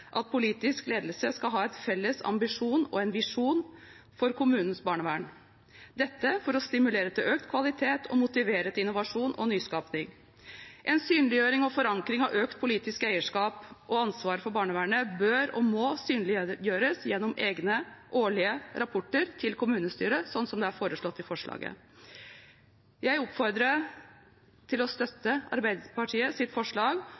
at politisk ledelse skal ha en felles ambisjon og en visjon for kommunens barnevern – dette for å stimulere til økt kvalitet og motivere til innovasjon og nyskaping. En synliggjøring og forankring av økt politisk eierskap og ansvar for barnevernet bør og må komme fram gjennom egne årlige rapporter til kommunestyret, slik som det er foreslått i forslaget. Jeg oppfordrer til å støtte Arbeiderpartiets forslag